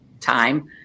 time